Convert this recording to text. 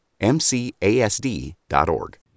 MCASD.org